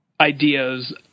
ideas